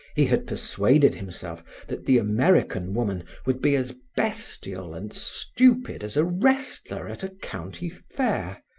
he had persuaded himself that the american woman would be as bestial and stupid as a wrestler at a county fair,